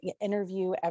interview